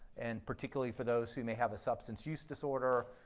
and particularly for those who may have a substance use disorder